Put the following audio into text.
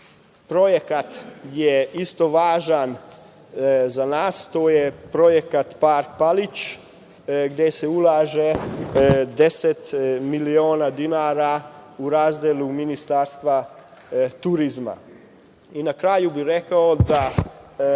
projekat je isto važan za nas. To je projekat Palić, gde se ulaže deset miliona dinara u razdelu Ministarstva turizma. Na kraju bih rekao da